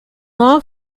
law